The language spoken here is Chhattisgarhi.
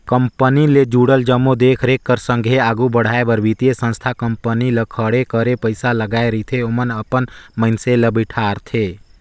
कंपनी ले जुड़ल जम्मो देख रेख कर संघे आघु बढ़ाए बर बित्तीय संस्था कंपनी ल खड़े करे पइसा लगाए रहिथे ओमन अपन मइनसे ल बइठारथे